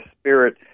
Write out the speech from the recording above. spirit